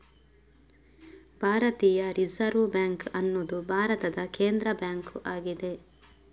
ಭಾರತೀಯ reserve bank ಅನ್ನುದು ಭಾರತದ ಕೇಂದ್ರ ಬ್ಯಾಂಕು ಆಗಿದೆ